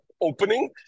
opening